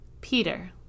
Peter